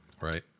Right